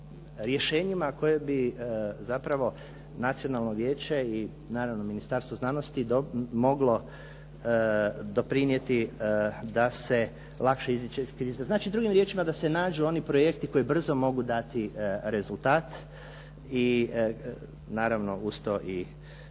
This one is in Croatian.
koje bi zapravo Nacionalno vijeće i naravno Ministarstvo znanosti moglo doprinijeti da se lakše iziđe iz krize. Znači drugim riječima da se nađu oni projekti koji brzo mogu dati rezultat i naravno uz to i